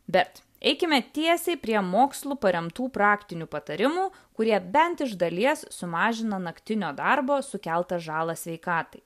bet eikime tiesiai prie mokslu paremtų praktinių patarimų kurie bent iš dalies sumažina naktinio darbo sukeltą žalą sveikatai